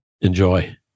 Enjoy